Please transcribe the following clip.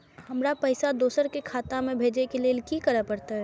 हमरा पैसा दोसर के खाता में भेजे के लेल की करे परते?